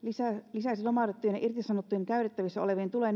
lisäisi lomautettujen ja irtisanottujen käytettävissä olevien tulojen